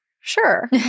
Sure